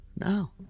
No